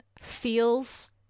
feels